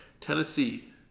Tennessee